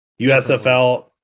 USFL